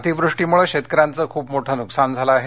अतीवृष्टीमुळे शेतकऱ्यांचं खूप मोठं नुकसान झालं आहे